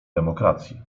demokracji